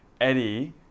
Eddie